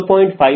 56 ಅಲ್ಲ 0